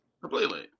Completely